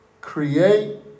create